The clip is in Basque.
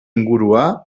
ingurua